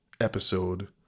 episode